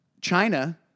China